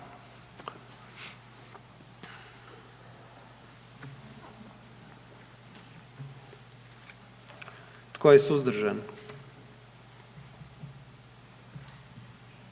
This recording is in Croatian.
Tko je suzdržan?